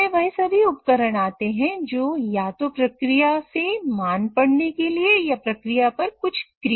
इसमें वह सभी उपकरण आते हैं जो या तो प्रक्रिया से मान पढ़ने के लिए या प्रक्रिया परकुछ क्रिया करते हैं